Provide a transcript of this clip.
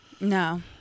no